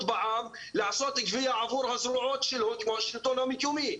בע"מ לעשות גבייה עבור הזרועות שלו כמו השלטון המקומי.